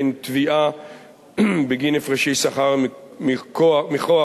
בין תביעה בגין הפרשי שכר מכוח